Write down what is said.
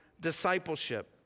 discipleship